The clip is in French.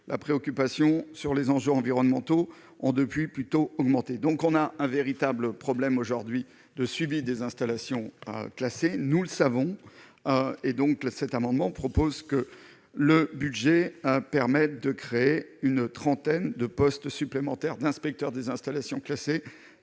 la préoccupation sur les enjeux environnementaux ont depuis plutôt augmenté, donc on a un véritable problème aujourd'hui de suivi des installations classées, nous le savons et donc cet amendement propose que le budget un permettent de créer une trentaine de postes supplémentaires d'inspecteurs des installations classées,